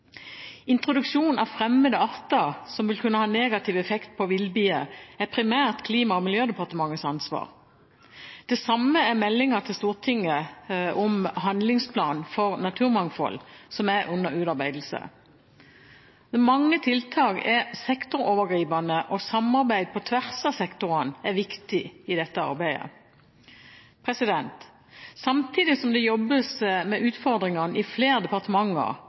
Introduksjon av fremmede arter som vil kunne ha negativ effekt på villbier, er primært Klima- og miljødepartementets ansvar. Det samme er meldingen til Stortinget om en handlingsplan for naturmangfold som er under utarbeidelse. Mange tiltak er sektorovergripende, og samarbeid på tvers av sektorer er viktig i dette arbeidet. Samtidig som det jobbes med utfordringene i flere departementer,